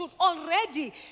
already